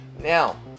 Now